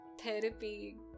therapy